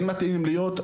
כן מתאימים להיות?